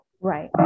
Right